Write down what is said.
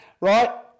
Right